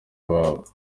babo